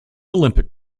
olympic